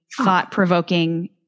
thought-provoking